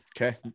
Okay